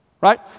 Right